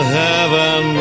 heaven